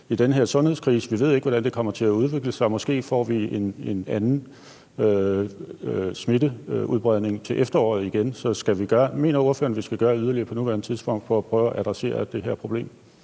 i den her sundhedskrise, og vi ved ikke, hvordan den kommer til at udvikle sig. Vi får måske en anden smittebølge til efteråret. Mener ordføreren, at vi skal gøre yderligere på nuværende tidspunkt for at prøve at adressere det her problem?